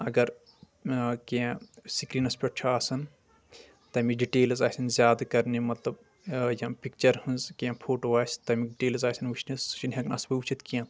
اگر کینٛہہ سکریٖنس پٮ۪ٹھ چھُ آسان تمِچ ڈیٹیلٕز آسَن زیادٕ کرنہِ مطلب یِم پکچر ہٕنٛز کیٚنٛہہ فوٹو آسہِ تمیُک ڈیٹیلٕز آسَن وٕچھنہِ سُہ چھنہٕ ہٮ۪کان اصل پٲٹھۍ وٕچھِتھ کینٛہہ